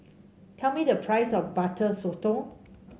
tell me the price of Butter Sotong